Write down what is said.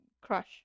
crush